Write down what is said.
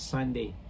Sunday